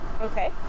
Okay